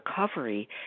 recovery